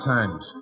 Times